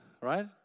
Right